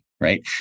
right